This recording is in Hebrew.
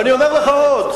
ואני אומר לך עוד,